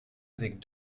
avec